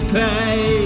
pay